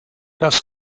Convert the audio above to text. das